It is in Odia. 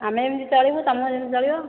ଆମେ ଯେମିତି ଚଳିବୁ ତୁମେ ଯେମିତି ଚଳିବ